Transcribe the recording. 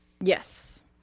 Yes